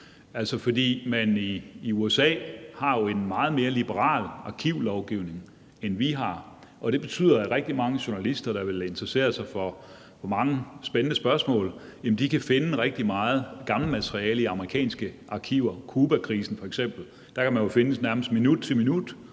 Altså, i USA har man jo en meget mere liberal arkivlovgivning, end vi har, og det betyder, at rigtig mange journalister, der interesserer sig for mange spændende spørgsmål, kan finde rigtig meget gammelt materiale i amerikanske arkiver. I forhold til f.eks. Cubakrisen kan man jo nærmest finde ud